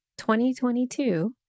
2022